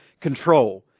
control